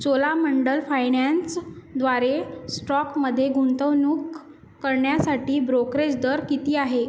चोला मंडल फायनॅन्सद्वारे स्टॉकमध्ये गुंतवणूक करण्यासाठी ब्रोकरेज दर किती आहे